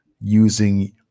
using